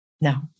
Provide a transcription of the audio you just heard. no